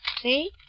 See